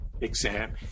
exam